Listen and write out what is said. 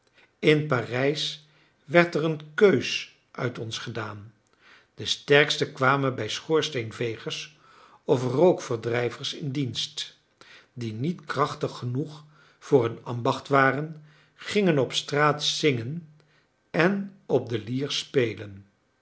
in parijs werd er een keus uit ons gedaan de sterksten kwamen bij schoorsteenvegers of rookverdrijvers in dienst die niet krachtig genoeg voor een ambacht waren gingen op straat zingen en op de lier spelen